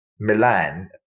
Milan